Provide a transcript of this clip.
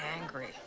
angry